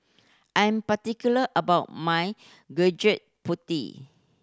I'm particular about my Gudeg Putih